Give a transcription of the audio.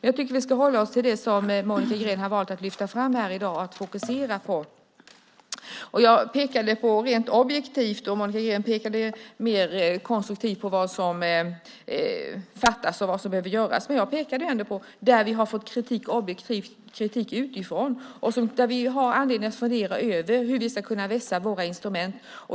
Jag tycker att vi ska hålla oss till det som Monica Green har valt att lyfta fram här i dag och att fokusera på. Monica Green pekade konstruktivt på vad som fattas och som behöver göras. Jag pekade på områden där vi har fått objektiv kritik utifrån och där vi har anledning att fundera över hur vi ska kunna vässa våra instrument.